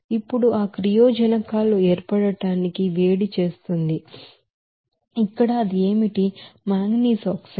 ఇప్పుడు ఆ రియాక్టన్స్ లు ఏర్పడటానికి వేడి చేస్తుంది ఇక్కడ అది ఏమిటి మాంగనీస్ ఆక్సైడ్